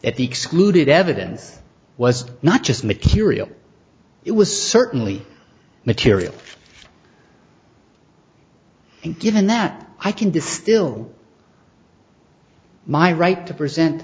that the excluded evidence was not just material it was certainly material and given that i can distill my right to present